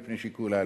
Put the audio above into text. מפני שיקול ההלימה.